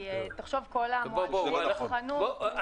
כי תחשוב כל --- בואו, בואו.